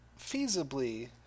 feasibly